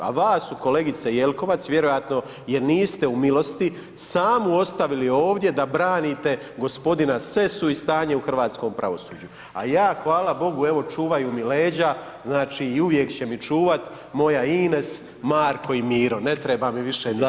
A vas su kolegice Jelkovac, vjerojatno jer niste u milosti samu ostavili ovdje da branite g. Sessu i stanje u hrvatskom pravosuđu a ja hvala Bogu, evo čuvaju mi leđa, znači i uvijek će mi čuvati moja Ines, Marko i Miro, ne treba mi više nitko.